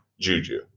Juju